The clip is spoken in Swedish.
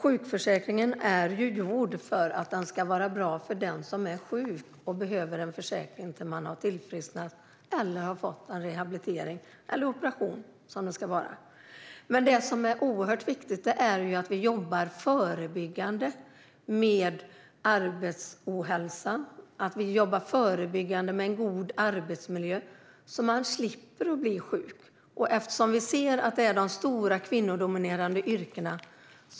Sjukförsäkringen syftar till att den ska vara bra för den som är sjuk och behöver en försäkring tills man har tillfrisknat, fått en rehabilitering eller en operation. Det som är oerhört viktigt är att man jobbar förebyggande mot arbetsohälsa och med en god arbetsmiljö så att man slipper att bli sjuk. De stora grupperna är de kvinnodominerade yrkena.